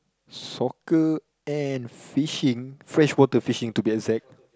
soccer and fishing freshwater fishing to be exact